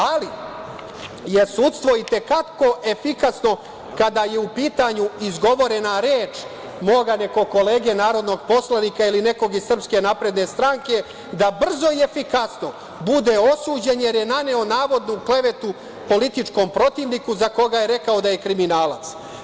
Ali, sudstvo je i te kako efikasno kada je u pitanju izgovorena reč moga nekog kolege narodnog poslanika ili nekog iz Srpske napredne stranke, da brzo i efikasno bude osuđen jer je naneo navodnu klevetu političkom protivniku za koga je rekao da je kriminalac.